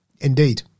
Indeed